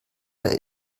der